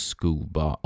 Skuba